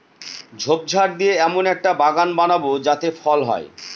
ঝোপঝাড় দিয়ে এমন একটা বাগান বানাবো যাতে ফল হয়